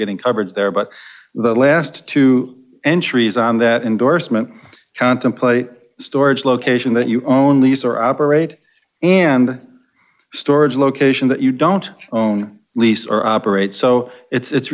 getting coverage there but the last two entries on that endorsement contemplate storage location that you own lease or operate and storage location that you don't own lease or operate so it's